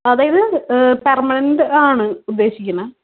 അതായത് പെർമെനൻറ് ആണ് ഉദ്ദേശിക്കുന്നത്